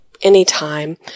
anytime